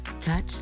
Touch